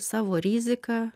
savo rizika